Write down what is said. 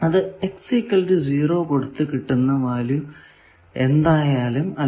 അത് കൊടുത്തു കിട്ടുന്ന വാല്യൂ എന്തായാലും അല്ല